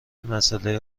مساله